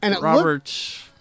Robert